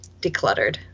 decluttered